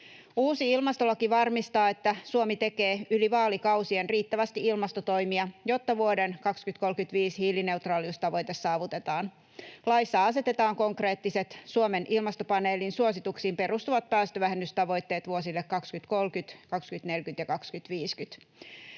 Uusi ilmastolaki varmistaa, että Suomi tekee yli vaalikausien riittävästi ilmastotoimia, jotta vuoden 2035 hiilineutraaliustavoite saavutetaan. Laissa asetetaan konkreettiset, Suomen ilmastopaneelin suosituksiin perustuvat päästövähennystavoitteet vuosille 2030, 2040 ja 2050,